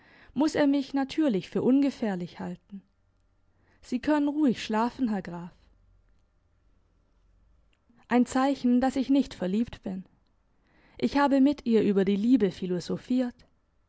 muss er mich natürlich für ungefährlich halten sie können ruhig schlafen herr graf ein zeichen dass ich nicht verliebt bin ich habe mit ihr über die liebe philosophiert